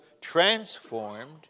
transformed